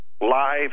live